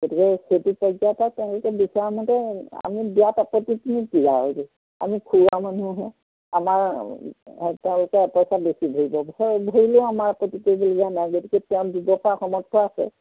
গতিকে সেইটো পৰ্যায়ত তেওঁলোকে বিচৰামতে আমি দিয়াত আপত্তিতোনো কি আৰু আমি খুওৱা মানুহহে আমাৰ তেওঁলোকে এপইচা বেছি ধৰিব ধৰিলেও আমাৰ আপত্তি কৰিবলগীয়া নাই গতিকে তেওঁৰ ব্যৱসায় সমৰ্থ আছে